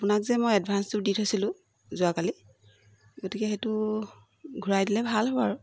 আপোনাক যে মই এডভাঞ্চটো দি থৈছিলোঁ যোৱাকালি গতিকে সেইটো ঘূৰাই দিলে ভাল হ'ব আৰু